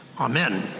Amen